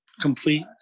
complete